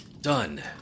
Done